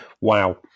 Wow